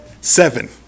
Seven